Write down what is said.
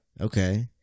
Okay